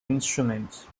instruments